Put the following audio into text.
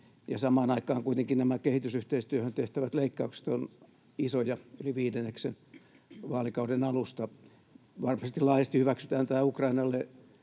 aikaan kuitenkin nämä kehitysyhteistyöhön tehtävät leikkaukset ovat isoja, yli viidenneksen vaalikauden alusta. Varmasti laajasti hyväksytään tämä Ukrainalle